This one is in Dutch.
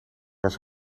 was